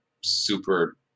super